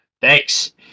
Thanks